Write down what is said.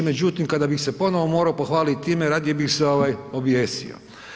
Međutim kada bih se ponovno morao pohvaliti time radije bih se objesio.